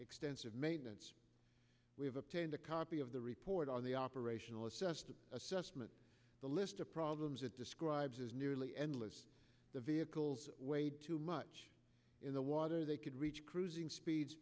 extensive maintenance we've obtained a copy of the report on the operational assessed assessment the list of problems it describes is nearly endless the vehicles weighed too much in the water they could reach cruising speeds